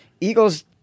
Eagles